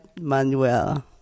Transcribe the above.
Manuel